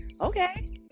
okay